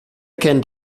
kennt